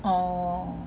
orh